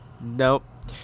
nope